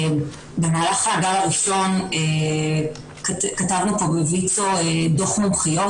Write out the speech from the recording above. במהלך הגל הראשון כתבנו פה בוויצו דוח מומחיות.